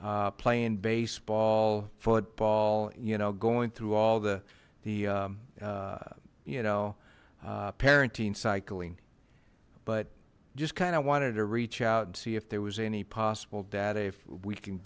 playing baseball football you know going through all the the you know parenting cycling but just kind of wanted to reach out and see if there was any possible data if we can